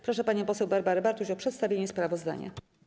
Proszę panią poseł Barbarę Bartuś o przedstawienie sprawozdania.